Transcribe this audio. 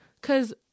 Cause